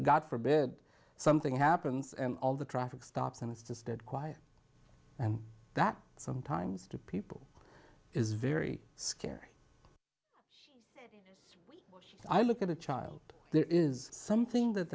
god forbid something happens and all the traffic stops and it's just dead quiet and that sometimes to people is very scary i look at a child there is something that